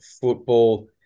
football